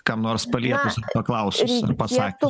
kam nors paliepus paklausus pasakius